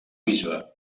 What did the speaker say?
bisbe